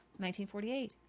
1948